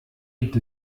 gibt